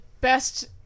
best